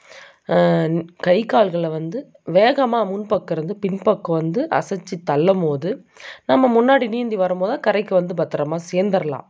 கை கால்களை வந்து வேகமாக முன்பக்கமிருந்து பின்பக்கம் வந்து அசைச்சி தள்ளும்போது நம்ம முன்னாடி நீந்தி வரும்போது கரைக்கு வந்து பத்திரமா சேர்ந்துரலாம்